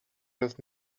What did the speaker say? das